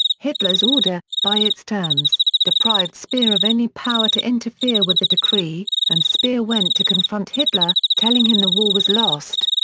hitler's order, by its terms, deprived speer of any power to interfere with the decree, and speer went to confront hitler, telling him the war was lost.